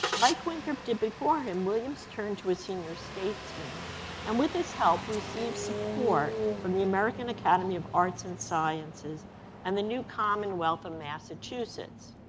like winthrop did before him, williams turned to his senior statesman and with this help received support from the american academy of arts and sciences and the new commonwealth of massachusetts.